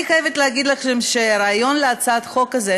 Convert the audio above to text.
אני חייבת להגיד לכם שהרעיון להצעת החוק הזאת